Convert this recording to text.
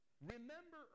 remember